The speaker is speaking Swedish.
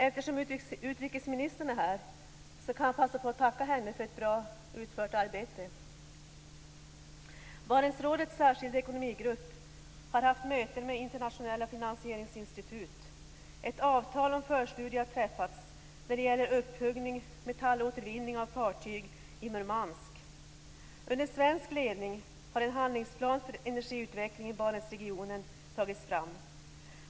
Eftersom utrikesministern är här kan jag passa på och tacka henne för ett väl utfört arbete. Barentsrådets särskilda ekonomigrupp har haft möten med internationella finansieringsinstitut. Ett avtal om förstudie har träffats när det gäller upphuggning och metallåtervinning av fartyg i Murmansk. Under svensk ledning har en handlingsplan för energiutveckling i Barentsregionen tagits fram.